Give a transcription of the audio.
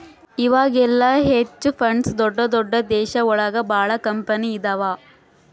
ಇವಾಗೆಲ್ಲ hedge funds ದೊಡ್ದ ದೊಡ್ದ ದೇಶ ಒಳಗ ಭಾಳ ಕಂಪನಿ ಇದಾವ